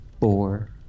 four